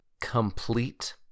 complete